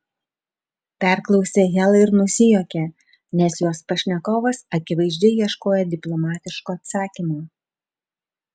perklausė hela ir nusijuokė nes jos pašnekovas akivaizdžiai ieškojo diplomatiško atsakymo